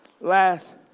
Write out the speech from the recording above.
last